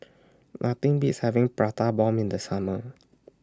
Nothing Beats having Prata Bomb in The Summer